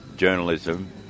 journalism